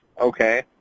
Okay